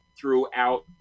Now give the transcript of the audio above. throughout